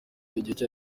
igihe